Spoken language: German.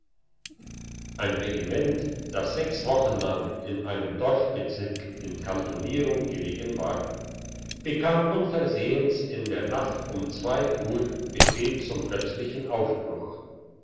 ein regiment das sechs wochen lang in einem dorfbezirk in kantonierung gelegen war bekam unversehens in der nacht um uhr befehl zum plötzlichen aufbruch